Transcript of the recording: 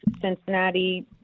Cincinnati